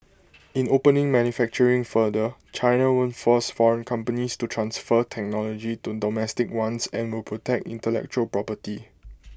in opening manufacturing further China won't force foreign companies to transfer technology to domestic ones and will protect intellectual property